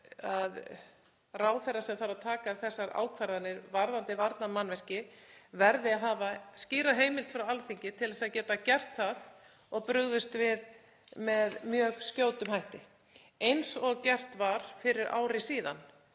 að ráðherra sem þarf að taka þessar ákvarðanir varðandi varnarmannvirki verði að hafa skýra heimild frá Alþingi til að geta gert það og brugðist við með mjög skjótum hætti eins og gert var fyrir ári síðan.